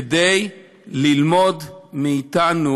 כדי ללמוד מאתנו